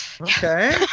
Okay